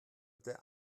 bitte